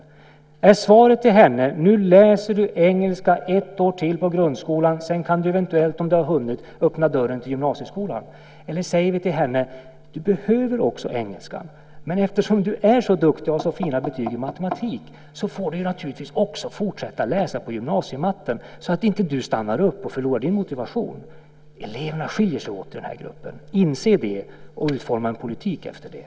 Jag undrar om svaret till henne är: Nu läser du engelska ett år till på grundskolan och sedan kan du eventuellt, om du har hunnit, öppna dörren till gymnasieskolan. Eller säger vi till henne: Du behöver också engelskan, men eftersom du är så duktig och har så fina betyg i matematik får du också fortsätta läsa gymnasiematte, så att du inte stannar upp och förlorar din motivation? Eleverna i den här gruppen skiljer sig åt. Inse det och utforma en politik efter det!